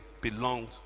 belonged